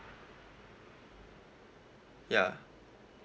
ya